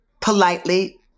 politely